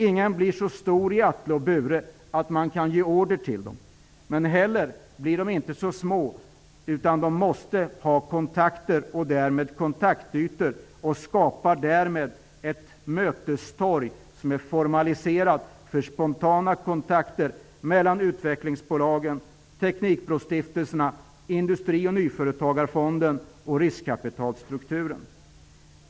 Ingen blir så stor i Atle och Bure att de kan ge order till dem, men de blir inte heller för små. De måste ha kontakter och därmed kontaktytor. De skapar därmed ett mötestorg som är formaliserat för spontana kontakter mellan utvecklingsbolagen, teknikbrostiftelserna, Industri och nyföretagarfonden och riskkapitalstrukturen.